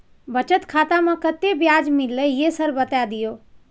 बचत खाता में कत्ते ब्याज मिलले ये सर बता दियो?